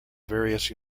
various